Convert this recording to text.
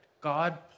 God